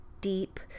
deep